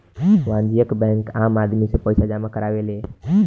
वाणिज्यिक बैंक आम आदमी से पईसा जामा करावेले